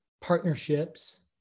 partnerships